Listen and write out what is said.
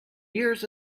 years